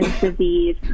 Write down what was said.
disease